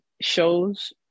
shows